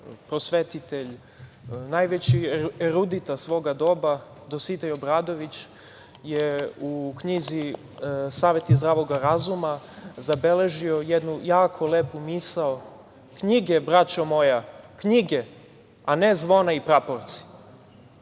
prosvetitelj, najveći erudita svog doba, Dositej Obradović je u knjizi „Saveti zdravog razuma“ zabeležio jednu jako lepu misao: „Knjige, braćo moja! Knjige, a ne zvona i praporci.“Naš